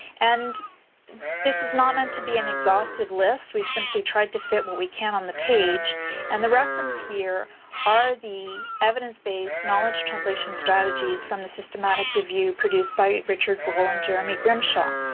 and this is not meant to be an exhaustive list. we simply tried to fit what we can on the page and the references here are the evidence-based knowledge translation strategies from the systematic review produced by richard grol and jeremy grimshaw.